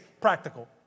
practical